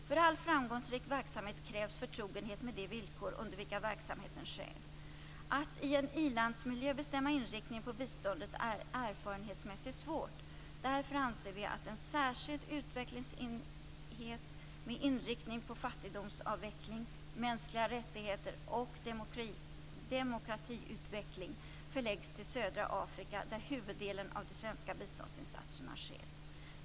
För all framgångsrik verksamhet krävs förtrogenhet med de villkor under vilka verksamheten sker. Att i en i-landsmiljö bestämma inriktningen på biståndet är erfarenhetsmässigt svårt. Därför anser vi att en särskild utvecklingsenhet med inriktning på fattigdomsavveckling, mänskliga rättigheter och demokratiutveckling förläggs till södra Afrika, där huvuddelen av de svenska biståndsinsatserna sker.